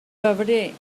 febrer